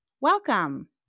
Welcome